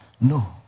No